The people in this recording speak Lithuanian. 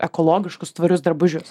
ekologiškus tvarius drabužius